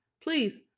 please